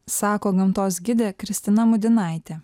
sako gamtos gidė kristina mudinaitė